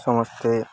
ସମସ୍ତେ